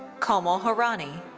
komal hirani.